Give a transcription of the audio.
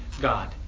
God